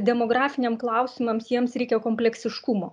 demografiniam klausimams jiems reikia kompleksiškumo